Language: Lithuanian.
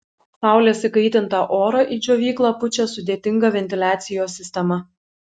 saulės įkaitintą orą į džiovyklą pučia sudėtinga ventiliacijos sistema